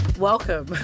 Welcome